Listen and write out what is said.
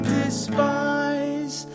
despise